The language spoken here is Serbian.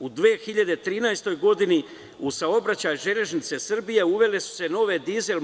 U 2013. godini u saobraćaju „Železnice Srbije“ uveli su nove dizel